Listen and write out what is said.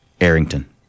Arrington